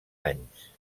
anys